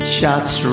Shots